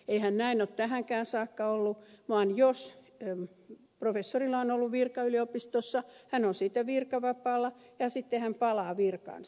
eihän näin ole tähänkään saakka ollut vaan jos professorilla on ollut virka yliopistossa hän on siitä virkavapaalla ja sitten hän palaa virkaansa